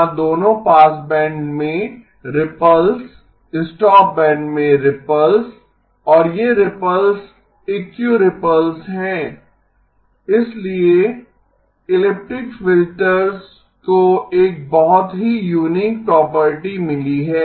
वहाँ दोनों पासबैंड में रिपल्स स्टॉपबैंड में रिपल्स और ये रिपल्स इक्यूरिपल्स हैं इसलिए इलिप्टिक फिल्टर को एक बहुत ही यूनिक प्रॉपर्टी मिली है